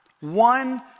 One